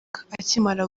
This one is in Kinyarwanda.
akimara